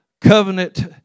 Covenant